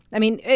i mean,